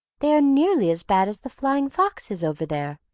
they are nearly as bad as the flying foxes over there.